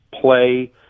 play